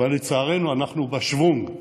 אבל, לצערנו, אנחנו בשוונג: